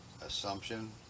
assumption